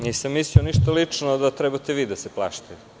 Nisam mislio ništa lično da trebate vi da se plašite.